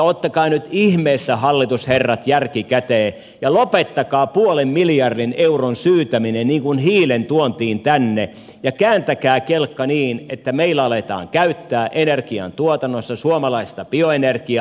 ottakaa nyt ihmeessä hallitusherrat järki käteen ja lopettakaa puolen miljardin euron syytäminen hiilen tuontiin tänne ja kääntäkää kelkka niin että meillä aletaan käyttää energian tuotannossa suomalaista bioenergiaa